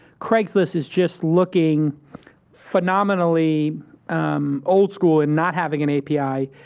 craigslist is just looking phenomenally ah. old school in not having an api.